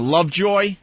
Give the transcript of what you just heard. Lovejoy